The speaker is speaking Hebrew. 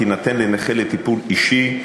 תינתן לנכה לטיפול אישי,